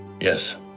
Yes